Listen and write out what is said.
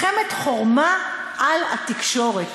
מלחמת חורמה על התקשורת.